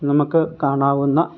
നമുക്ക് കാണാവുന്ന